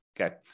okay